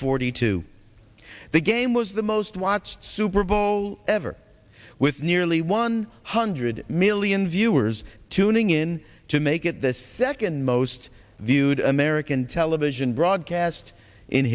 forty two the game was the most watched super bowl ever with nearly one hundred million viewers tuning in to make it the second most viewed american television broadcast in